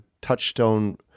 touchstone